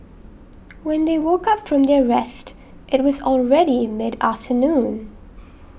when they woke up from their rest it was already in mid afternoon